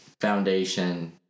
Foundation